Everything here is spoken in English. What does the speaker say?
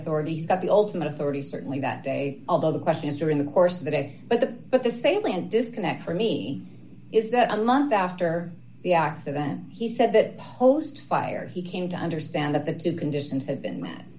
authorities got the ultimate authority certainly that day although the question is during the course of the day but the but this a man disconnect for me is that a month after the accident he said that host fire he came to understand that the two conditions had been me